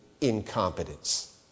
incompetence